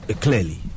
Clearly